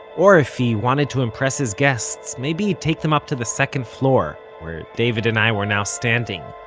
or, if he wanted to impress his guests, maybe he'd take them up to the second floor, where david and i were now standing,